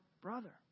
brother